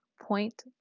point